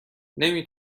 نمی